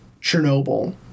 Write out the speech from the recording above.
Chernobyl